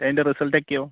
അതിൻ്റെ റിസൽട്ട് ഒക്കെയോ